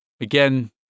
Again